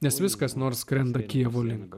nes viskas nors skrenda kijevo link